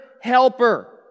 helper